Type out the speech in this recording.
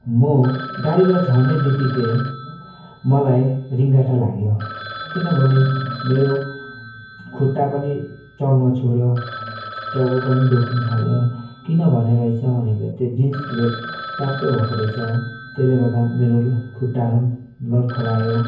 म गाडीबड झर्ने बित्तिकै मलाई रिङ्गटा लाग्यो किनभने मेरो खुट्टा पनि चल्नु छोड्यो टाउको पनि दुख्नु थाल्यो किनभने रहेछ भने त्यो जिन्सले ट्याप्पै भएको रहेछ त्यसले गर्दा मेरो खुट्टाहरू पनि लर्खरायो